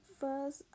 first